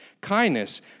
Kindness